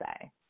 say